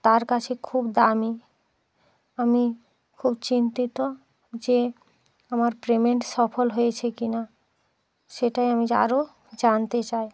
তার কাছে খুব দামি আমি খুব চিন্তিত যে আমার পেমেন্ট সফল হয়েছে কি না সেটাই আমি যে আরও জানতে চায়